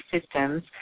systems